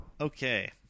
Okay